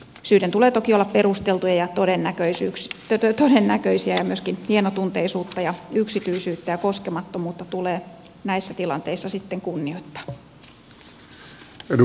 syiden tulee toki olla perusteltuja ja todennäköisiä ja myöskin hienotunteisuutta ja yksityisyyttä ja koskemattomuutta tulee näissä tilanteissa sitten kunnioittaa